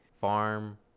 farm